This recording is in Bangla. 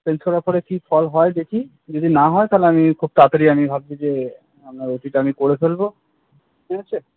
চেঞ্জ করার পরে কী ফল হয় দেখি যদি না হয় তাহলে আমি খুব তাড়াতাড়ি আমি ভাবছি যে আপনার ওটিটা আমি করে ফেলব ঠিক আছে